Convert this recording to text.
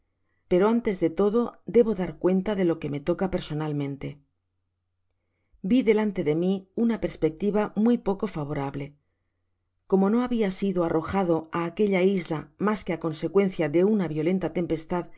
pero antes de todo debo dar euonta de lo que me toca personalmente vi delante de mi una perspectiva muy poco favorable como no habia sido arrojado á aquella isla mas que á consecuencia de una violenta tempestad